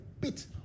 bit